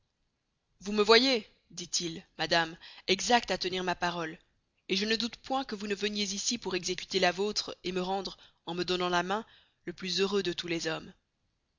vous me voyez dit-il madame exact à tenir ma parole et je ne doute point que vous ne veniez ici pour executer la vostre et me rendre en me donnant la main le plus heureux de tous les hommes